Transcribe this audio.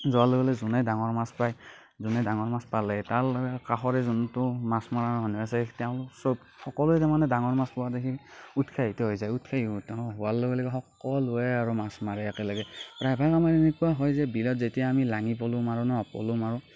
যোৱাৰ লগে লগে যোনে ডাঙৰ মাছ পায় যোনে ডাঙৰ মাছ পালে তাৰ কাষৰে যোনটো মাছ মৰা মানুহ আছে তেওঁ সব সকলোৱে তাৰমানে ডাঙৰ মাছ পোৱা দেখি উৎসাহিত হৈ যায় উৎসাহী হোৱাৰ লগে লগে সকলোৱে আৰু মাছ মাৰে একেলগে প্ৰায়ভাগ আমাৰ এনেকুৱা হয় যে বিলত যেতিয়া আমি লাঙি পল' মাৰোঁ ন পল' মাৰোঁ